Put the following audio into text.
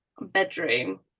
bedroom